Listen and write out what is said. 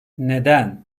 neden